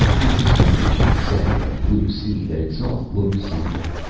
had its foundations set in a blue sea that itself looked solid,